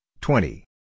twenty